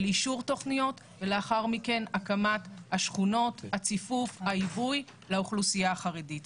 אישור תוכניות והקמת שכונות עבור האוכלוסייה החרדית,